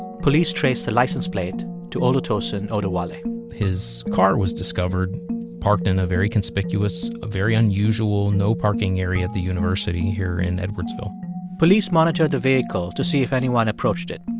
police traced the license plate to olutosin oduwole his car was discovered parked in a very conspicuous, a very unusual no-parking area at the university here in edwardsville police monitored the vehicle to see if anyone approached it.